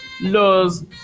laws